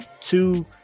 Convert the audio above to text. two